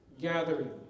gathering